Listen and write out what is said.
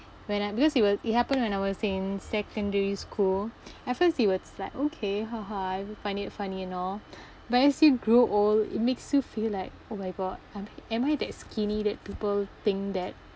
when I because it was it happened when I was in secondary school at first it's like okay I even find it funny and all but as you grow old it makes you feel like oh my god am I am I that skinny that people think that